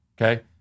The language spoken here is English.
Okay